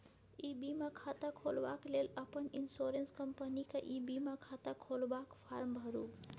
इ बीमा खाता खोलबाक लेल अपन इन्स्योरेन्स कंपनीक ई बीमा खाता खोलबाक फार्म भरु